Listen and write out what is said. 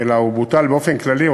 אלא בוטל באופן כללי,